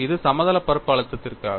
இது சமதளப் பரப்பு அழுத்தத்திற்காக